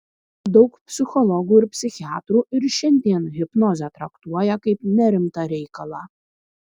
daug psichologų ir psichiatrų ir šiandien hipnozę traktuoja kaip nerimtą reikalą